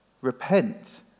Repent